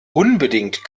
unbedingt